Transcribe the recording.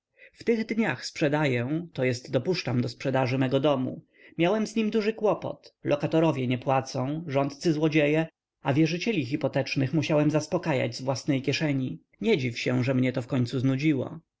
w tych dniach sprzedaję to jest dopuszczam do sprzedaży mego domu miałem z nim duży kłopot lokatorowie nie płacą rządcy złodzieje a wierzycieli hypotecznych musiałem zaspakajać z własnej kieszeni nie dziw się że mnie to w końcu znudziło